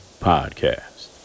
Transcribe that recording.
Podcast